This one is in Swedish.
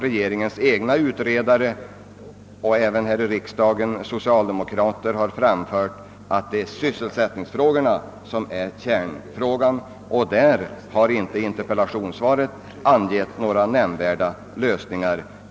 Regeringens egna utredare och även socialdemokratiska ledamöter i riksdagen har också framhållit att just sysselsättningsfrågorna utgör kärnfrågan för denna landsdel. På den punkten har inte interpellationssvaret angivit några påtagliga förslag till lösningar.